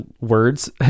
words